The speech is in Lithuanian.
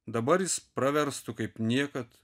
dabar jis praverstų kaip niekad